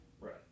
Right